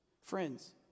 friends